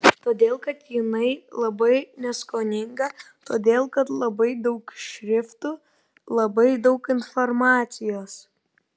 todėl kad jinai labai neskoninga todėl kad labai daug šriftų labai daug informacijos